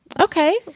okay